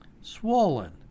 Swollen